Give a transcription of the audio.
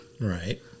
Right